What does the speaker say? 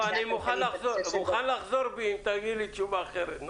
לא, אני מוכן לחזור בי אם תעני לי תשובה אחרת.